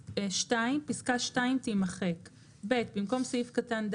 בסעיף 55א1 במקום פסקה (1) יבוא: במקום פסקה (1)